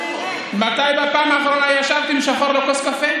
מתי בפעם האחרונה ישבת עם שחור לכוס קפה?